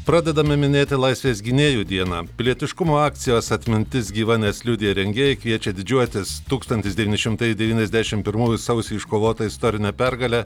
pradedame minėti laisvės gynėjų dieną pilietiškumo akcijos atmintis gyva nes liudija rengėjai kviečia didžiuotis tūkstantis devyni šimtai devyniasdešim pirmųjų sausį iškovota istorine pergale